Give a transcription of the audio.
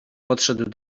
podszedł